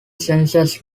senses